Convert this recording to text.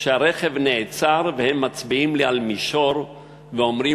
כשהרכב נעצר הם מצביעים לי על מישור ואומרים